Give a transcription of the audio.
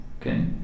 okay